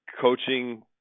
coaching